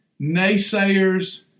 naysayers